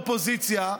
האופוזיציה,